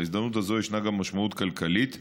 להזדמנות הזאת יש גם משמעות כלכלית,